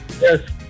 Yes